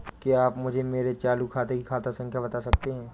क्या आप मुझे मेरे चालू खाते की खाता संख्या बता सकते हैं?